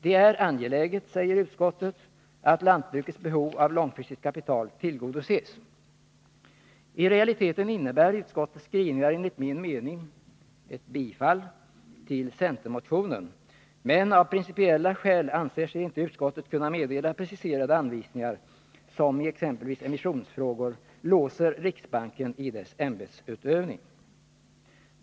Det är angeläget, säger utskottet, att lantbrukets behov av långfristigt kapital tillgodoses. I realiteten innebär utskottets skrivningar enligt min mening ett bifall till centermotionen, men av principiella skäl anser sig inte utskottet kunna meddela preciserade anvisningar som — i exempelvis emissionsfrågor — låser riksbanken i dess ämbetsutövning.